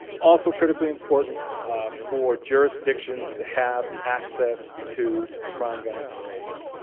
also critically important for jurisdictions to have access to crime gun information.